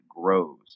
grows